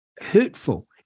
hurtful